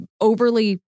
overly